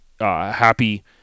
happy